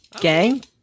gang